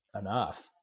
enough